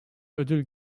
ödül